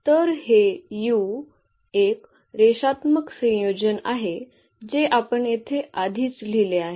तर हे एक रेषात्मक संयोजन आहे जे आपण येथे आधीच लिहिले आहे